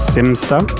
Simster